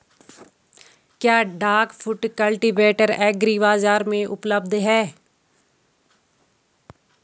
क्या duck foot cultivator agri बाज़ार में उपलब्ध है?